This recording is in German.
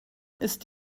ist